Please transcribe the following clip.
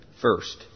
first